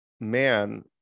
man